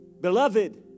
Beloved